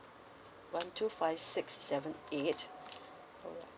one two five six seven eight